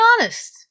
honest